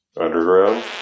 Underground